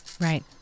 right